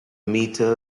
metre